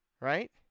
Right